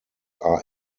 are